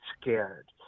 scared